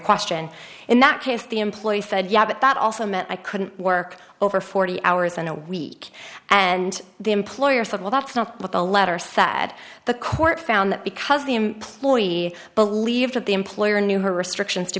question in that case the employee said yeah but that also meant i couldn't work over forty hours in a week and the employer said well that's not what the letter sad the court found that because the employee believed that the employer knew her restrictions to